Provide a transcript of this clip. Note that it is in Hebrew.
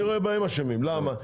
אני רואה בהם אשמים, למה?